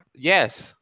Yes